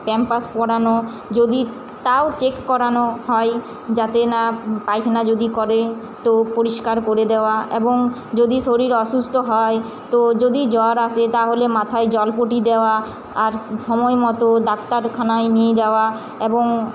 Pampers পরানো যদি তাও চেক করানো হয় যাতে না পায়খানা যদি করে তো পরিষ্কার করে দেওয়া এবং যদি শরীর অসুস্থ হয় তো যদি জ্বর আসে তাহলে মাথায় জলপট্টি দেওয়া আর সময় মতো ডাক্তারখানায় নিয়ে যাওয়া এবং